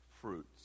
fruits